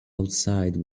outside